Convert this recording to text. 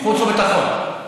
חוץ וביטחון.